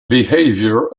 behavior